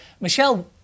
michelle